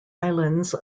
islands